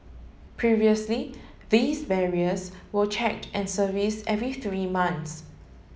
previously these barriers were checked and service every three months